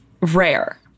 rare